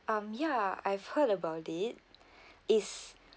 um ya I've heard about it is